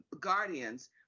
guardians